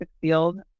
field